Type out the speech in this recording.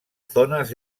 zonas